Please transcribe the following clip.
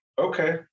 okay